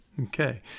Okay